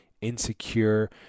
insecure